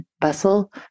Bustle